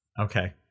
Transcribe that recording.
Okay